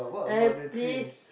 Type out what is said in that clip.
uh please